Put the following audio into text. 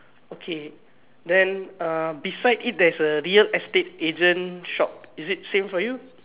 okay then uh beside it there's a real estate agent shop is it same for you